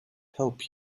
help